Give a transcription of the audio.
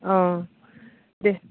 औ दे